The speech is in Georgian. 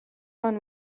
მან